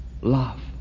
Love